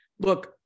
Look